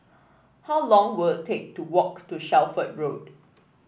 how long were take to walk to Shelford Road